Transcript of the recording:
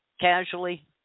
casually